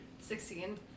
Sixteen